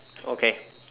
okay